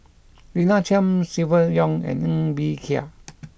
Lina Chiam Silvia Yong and Ng Bee Kia